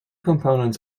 components